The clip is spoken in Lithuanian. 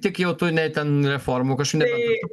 tik jau tu nei ten reformų kažkokių